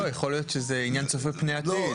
לא, יכול להיות שזה עניין צופה פני עתיד.